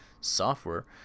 software